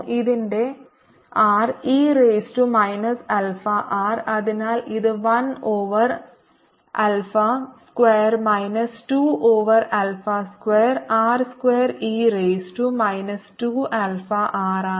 ഇതിന്റെ r e raise to minus alpha r അതിനാൽ ഇത് 1 over alpha square minus 2 over alpha square r square e raise to minus 2 alpha r ആണ്